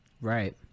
Right